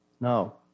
No